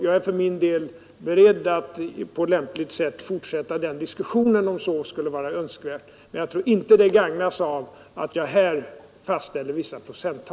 Jag är beredd att på lämpligt sätt fortsätta diskussionen om det skulle vara önskvärt, men jag tror inte att saken gagnas av att jag här fastställer vissa